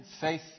faith